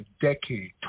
decade